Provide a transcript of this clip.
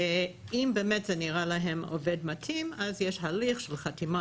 ואם באמת העובד נראה להם מתאים אז יש הליך של חתימה